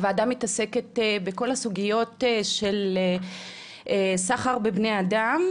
הוועדה מתעסקת בכל הסוגיות של סחר בבני אדם